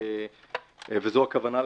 וזו הכוונה,